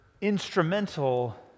instrumental